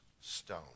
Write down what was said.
stone